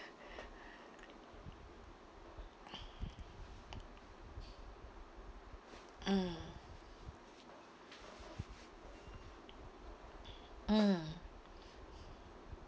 mm mm